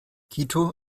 quito